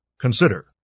Consider